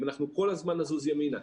אם אנחנו כל הזמן נזוז ימינה,